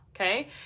okay